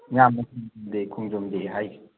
ꯃꯌꯥꯝꯅ ꯈꯣꯡꯖꯣꯝ ꯗꯦ ꯈꯣꯡꯖꯣꯝ ꯗꯦ ꯍꯥꯏꯁꯦ